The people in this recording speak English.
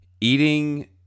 eating